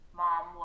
mom